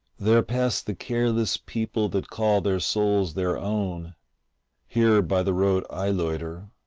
there pass the careless people that call their souls their own here by the road i loiter,